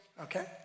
Okay